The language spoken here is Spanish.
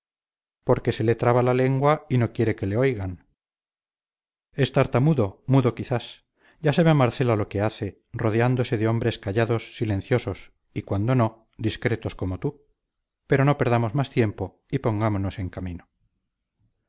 porque se le traba la lengua y no quiere que le oigan es tartamudo mudo quizás ya sabe marcela lo que hace rodeándose de hombres callados silenciosos y cuando no discretos como tú pero no perdamos más tiempo y pongámonos en camino